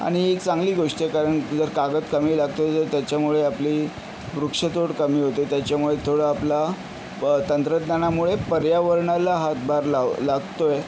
आणि ही एक चांगली गोष्ट आहे कारण की जर कागद कमी लागतोय तर त्याच्यामुळे आपली वृक्षतोड कमी होते त्याच्यामुळे थोडा आपला प तंत्रज्ञानामुळे पर्यावरणाला हातभार लाव लागतोय